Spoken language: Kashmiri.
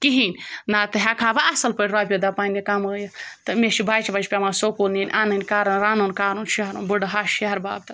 کِہیٖنۍ نَتہٕ ہٮ۪کہٕ ہا بہٕ اَصٕل پٲٹھۍ رۄپیہِ دَہ پنٛںہِ کَمٲیِتھ تہٕ مےٚ چھِ بَچہِ وَچہِ پٮ۪وان سکوٗل نِن اَنٕنۍ کَرٕنۍ رَنُن کَرُن شٮ۪ہرُن بٕڈٕ ہَش ہیٚہربَب تہٕ